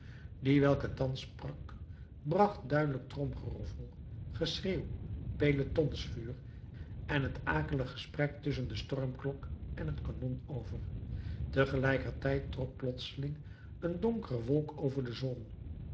die welke thans sprak bracht duidelijk tromgeroffel geschreeuw pelotonsvuur en het akelig gesprek tusschen de stormklok en het kanon over tegelijkertijd trok plotseling een donkere wolk over de zon